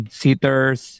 seaters